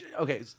Okay